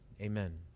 Amen